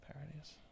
parodies